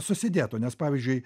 susidėtų nes pavyzdžiui